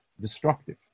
destructive